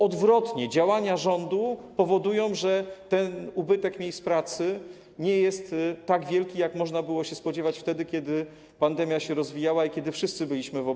Odwrotnie: działania rządu powodują, że ten ubytek miejsc pracy nie jest tak wielki, jak można było się spodziewać wtedy, kiedy pandemia się rozwijała i kiedy wszyscy byliśmy pełni obaw.